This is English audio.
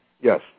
Yes